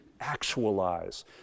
actualize